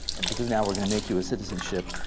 because now we're going to make you a citizenship.